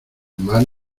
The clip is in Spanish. mar